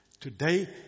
Today